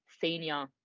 senior